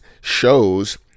shows